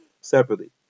separately